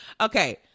Okay